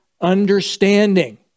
understanding